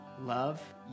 love